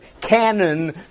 canon